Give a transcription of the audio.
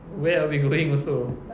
where are we going also